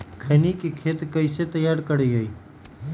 खैनी के खेत कइसे तैयार करिए?